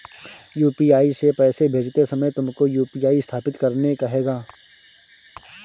UPI से पैसे भेजते समय तुमको यू.पी.आई सत्यापित करने कहेगा